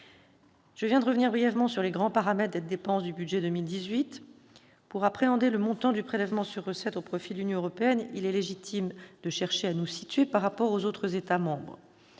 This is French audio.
Je viens de revenir brièvement sur les grands paramètres des dépenses du budget 2018. Pour appréhender le montant du prélèvement sur recettes au profit de l'Union européenne, il est légitime de chercher à nous situer par rapport aux autres États membres.